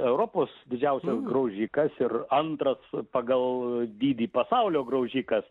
europos didžiausias graužikas ir antras pagal dydį pasaulio graužikas